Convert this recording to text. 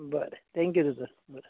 बरे थॅक्यू दोतोर